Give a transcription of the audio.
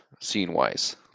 scene-wise